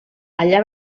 allà